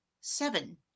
Seven